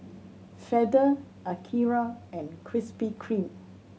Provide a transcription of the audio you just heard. Feather Akira and Krispy Kreme